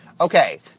okay